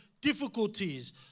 difficulties